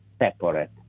Separate